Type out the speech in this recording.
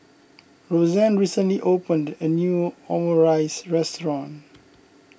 Roseanne recently opened a new Omurice restaurant